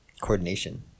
coordination